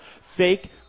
fake